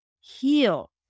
heal